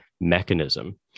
mechanism